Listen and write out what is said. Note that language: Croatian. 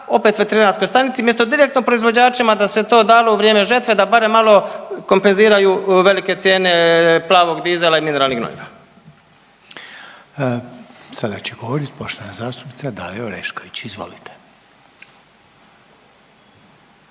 opet veterinarskoj stanici umjesto direktno proizvođačima da se to dalo u vrijeme žetve da barem malo kompenziraju velike cijene plavog dizela i mineralnih gnojiva. **Reiner, Željko (HDZ)** Sada će govorit poštovana zastupnica Dalija Orešković. Izvolite.